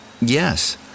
Yes